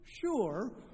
Sure